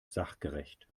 sachgerecht